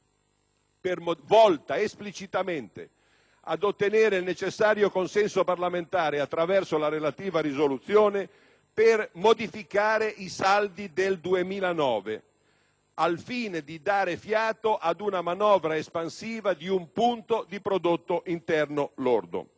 volta esplicitamente ad ottenere il necessario consenso parlamentare, attraverso la relativa risoluzione, per modificare i saldi del 2009, al fine di dare fiato a una manovra espansiva di un punto di prodotto interno lordo.